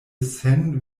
sen